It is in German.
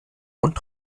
und